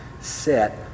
set